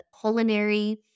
culinary